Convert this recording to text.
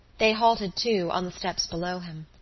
they halted, too, on the steps below him.